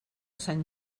sant